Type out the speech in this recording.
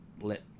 let